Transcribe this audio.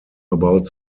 about